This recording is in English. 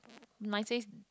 mine says